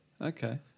Okay